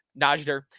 Najder